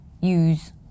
use